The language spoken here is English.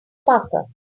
parker